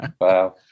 Wow